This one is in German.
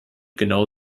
genau